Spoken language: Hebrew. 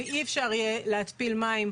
ואי אפשר יהיה להתפיל מים,